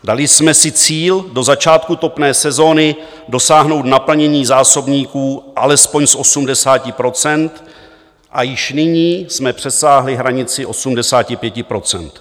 Dali jsme si cíl do začátku topné sezóny dosáhnout naplnění zásobníků alespoň z 80 % a již nyní jsme přesáhli hranici 85 %.